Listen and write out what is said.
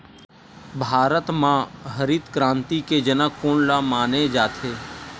भारत मा हरित क्रांति के जनक कोन ला माने जाथे?